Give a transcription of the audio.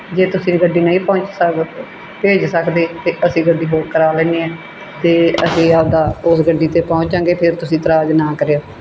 ਜੇ ਤੁਸੀਂ ਗੱਡੀ ਨਹੀਂ ਪਹੁੰਚ ਸਕ ਭੇਜ ਸਕਦੇ ਅਤੇ ਅਸੀਂ ਗੱਡੀ ਹੋਰ ਕਰਵਾ ਲੈਂਦੇ ਹਾਂ ਅਤੇ ਅਸੀਂ ਆਪਣਾ ਉਸ ਗੱਡੀ 'ਤੇ ਪਹੁੰਚਾਂਗੇ ਫਿਰ ਤੁਸੀਂ ਇਤਰਾਜ਼ ਨਾ ਕਰਿਓ